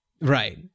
Right